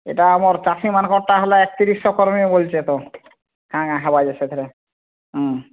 ଏଇଟା ଆମ ଚାଷୀମାନଙ୍କଟା ହେଲା ଏକତିରିଶ କରମି ବୋଲଛ ତ କାଁଣ ହେବ ସେଥିରେ ହୁଁ